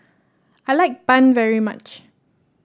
I like bun very much